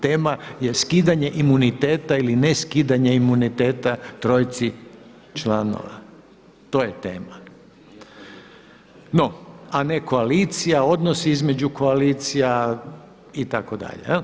Tema je skidanje imuniteta ili ne skidanje imuniteta trojici članova, to je tema, a ne koalicija, odnos između koalicija itd.